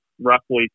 roughly